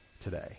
today